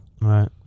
right